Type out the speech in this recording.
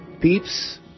peeps